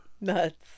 Nuts